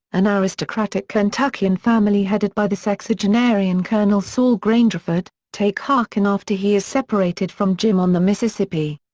an aristocratic kentuckian family headed by the sexagenarian colonel saul grangerford, take huck in after he is separated from jim on the mississippi.